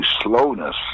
slowness